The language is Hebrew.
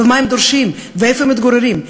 ומה הם דורשים ואיפה הם מתגוררים.